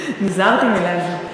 נזהרתי מלהגיד.